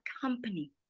company